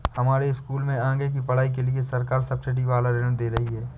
हमारे स्कूल में आगे की पढ़ाई के लिए सरकार सब्सिडी वाला ऋण दे रही है